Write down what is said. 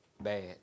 bad